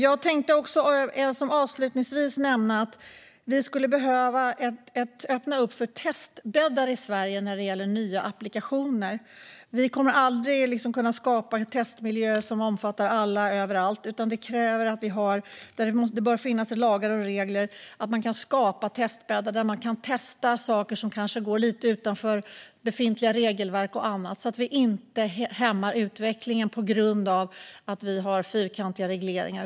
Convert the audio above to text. Jag tänkte också avslutningsvis nämna att vi skulle behöva öppna för testbäddar i Sverige när det gäller nya applikationer. Vi kommer aldrig att kunna skapa testmiljöer som omfattar alla överallt. Det behöver finnas lagar och regler, så att man kan skapa testbäddar där man kan testa saker som kanske går lite utanför befintliga regelverk och annat. Vi får inte hämma utvecklingen genom fyrkantiga regleringar.